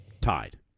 tied